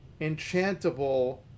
enchantable